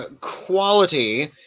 quality